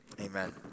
amen